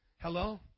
Hello